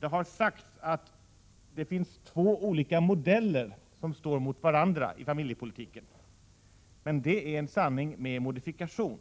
Det har sagts att det finns två olika modeller som står emot varandra i familjepolitiken. Men det är en sanning med modifikation.